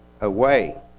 away